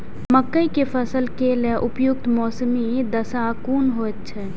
मके के फसल के लेल उपयुक्त मौसमी दशा कुन होए छै?